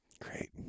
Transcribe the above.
great